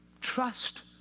Trust